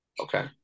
Okay